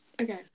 Okay